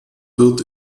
wird